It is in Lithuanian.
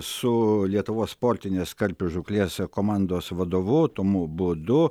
su lietuvos sportinės karpių žūklės komandos vadovu tomu būdu